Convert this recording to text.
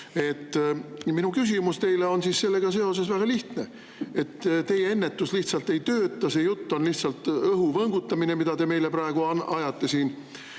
Minu küsimus teile on sellega seoses väga lihtne. Teie ennetus lihtsalt ei tööta, see jutt on lihtsalt õhu võngutamine, mida te meile praegu ajate. Minu